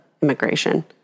immigration